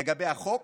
לגבי החוק